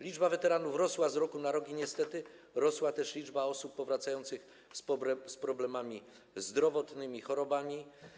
Liczba weteranów rosła z roku na rok i niestety rosła też liczba osób powracających z problemami zdrowotnymi, chorobami.